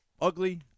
Ugly